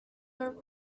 for